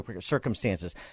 circumstances